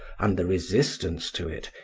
and the resistance to it,